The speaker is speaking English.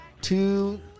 Two